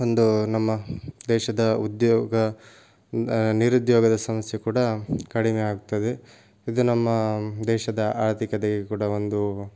ಒಂದು ನಮ್ಮ ದೇಶದ ಉದ್ಯೋಗ ನಿರುದ್ಯೋಗದ ಸಮಸ್ಯೆ ಕೂಡ ಕಡಿಮೆ ಆಗ್ತದೆ ಇದು ನಮ್ಮ ದೇಶದ ಆರ್ಥಿಕತೆಗೆ ಕೂಡ ಒಂದು